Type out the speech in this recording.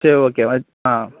சரி ஓகே ஆ